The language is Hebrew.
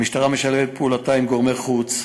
המשטרה משלבת את פעילותה עם גורמי חוץ: